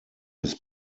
his